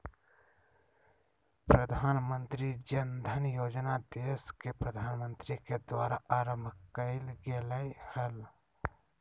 प्रधानमंत्री जन धन योजना देश के प्रधानमंत्री के द्वारा आरंभ कइल गेलय हल